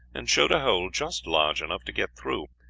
and showed a hole just large enough to get through,